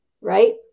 Right